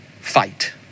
fight